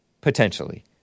potentially